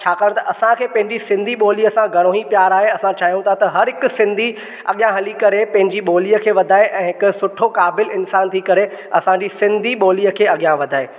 छाकाणि त असांखे पंहिंजी सिन्धी ॿोलीअ सां घणो ई प्यारु आहे असां चाहियूं था त हर हिकु सिन्धी अॻियां हली करे पंहिंजी ॿोलीअ खे वधाए ऐं हिकु सुठो क़ाबिलु इंसान थी करे असांजी सिन्धी ॿोलीअ खे अॻियां वधाए